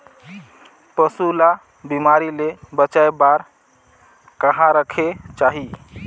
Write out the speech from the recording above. पशु ला बिमारी ले बचाय बार कहा रखे चाही?